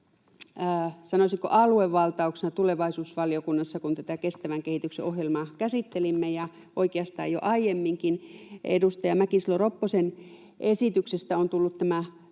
sanoisinko, aluevaltauksena tulevaisuusvaliokunnassa silloin, kun olemme tätä kestävän kehityksen ohjelmaa käsitelleet, ja oikeastaan jo aiemminkin on edustaja Mäkisalo-Ropposen esityksestä tullut